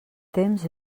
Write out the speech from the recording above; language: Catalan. temps